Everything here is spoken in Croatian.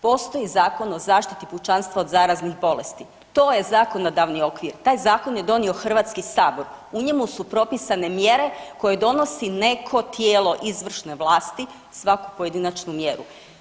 Postoji Zakon o zaštiti pučanstva od zaraznih bolesti, to je zakonodavni okvir, taj zakon je donio HS u njemu su propisane mjere koje donosi neko tijelo izvršene vlasti, svaku pojedinačnu mjeru.